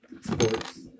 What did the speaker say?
sports